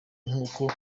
nkuko